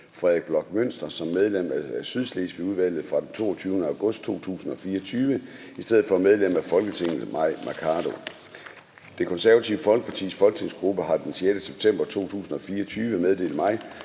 Frederik Bloch Münster som medlem af Sydslesvigudvalget fra den 22. august 2024 i stedet for medlem af Folketinget Mai Mercado. Det Konservative Folkepartis folketingsgruppe har den 6. september 2024 meddelt mig,